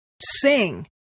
sing